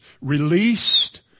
released